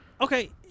Okay